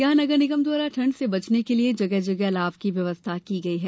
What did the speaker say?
यहां नगर निगम द्वारा ठंड से बचने के लिए जगह जगह अलाव की व्यवस्था की गयी है